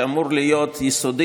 שאמור להיות יסודי,